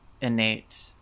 innate